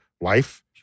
life